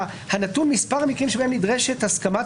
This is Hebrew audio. הנתון מספר מקרים שבהם נדרשת הסכמת